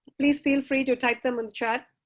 please feel free to type them in the chat?